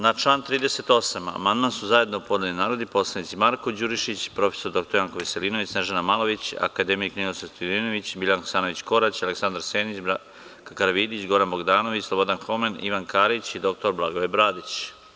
Na član 38. amandman su zajedno podneli narodni poslanici Marko Đurišić, prof. dr Janko Veselinović, Snežana Malović, akademik Ninoslav Stojadinović, Biljana Hasanović Korać, Aleksandar Senić, Branka Karavidić, Goran Bogdanović, Slobodan Homen, Ivan Karić i dr Blagoje Bradić.